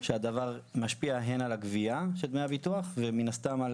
שהדבר משפיע הן על הגביה של דמי הביטוח ומן הסתם על